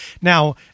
Now